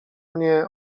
mnie